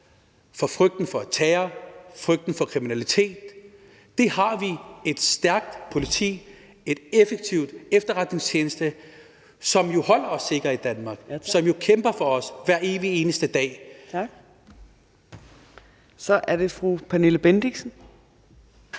af frygten for terror og frygten for kriminalitet. Vi har et stærkt politi og en effektiv efterretningstjeneste, som jo holder os sikre i Danmark, og som kæmper for os hver evig eneste dag. Kl. 18:54 Fjerde